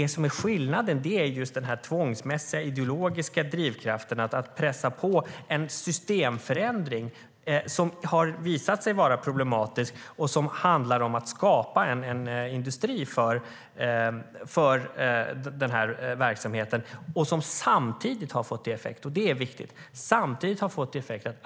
Skillnaden är den tvångsmässiga ideologiska drivkraften att pressa på en systemförändring som har visat sig vara problematisk och som handlar om att skapa en industri för verksamheten och som samtidigt har gett effekt.